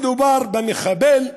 מדובר במחבל,